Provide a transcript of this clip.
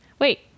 wait